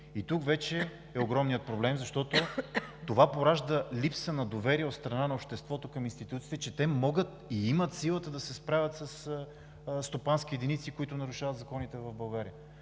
И тук вече е огромният проблем, защото това поражда липса на доверие от страна на обществото към институциите, че те могат и имат силата да се справят със стопански единици, които нарушават законите в България.